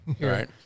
Right